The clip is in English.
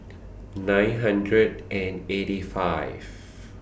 nine hundred and eighty five